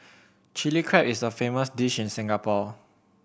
Chilli Crab is a famous dish in Singapore